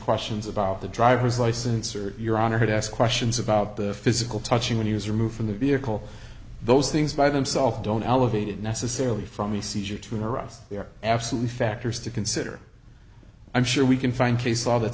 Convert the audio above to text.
questions about the driver's license or your honor to ask questions about the physical touching when he was removed from the vehicle those things by themself don't elevate it necessarily from the seizure to harass they are absolutely factors to consider i'm sure we can find case law that